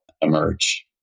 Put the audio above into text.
emerge